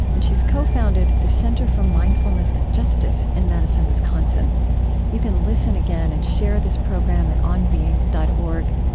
and she's co-founded the center for mindfulness and justice in madison, wisconsin you can listen again and share this program at onbeing dot org.